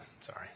Sorry